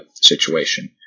situation